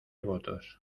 votos